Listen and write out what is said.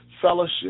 fellowship